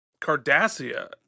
Cardassia